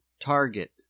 Target